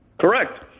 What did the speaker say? Correct